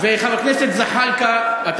ולכן זה יהיה מעשה חלם או